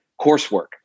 coursework